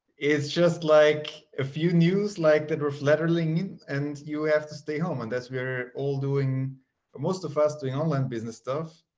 it's just like a few news like that reflectively and you have to stay home and that's we're all doing but most of us doing online business stuff.